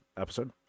episode